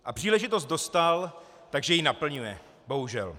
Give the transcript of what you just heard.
A příležitost dostal, takže ji naplňuje, bohužel.